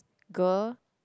girl